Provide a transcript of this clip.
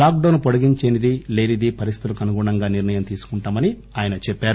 lock down పొడిగించేదీ లేనిదీ పరిస్థితులకు అనుగుణంగా నిర్ణయం తీసుకుంటామని చెప్పారు